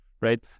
right